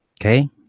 Okay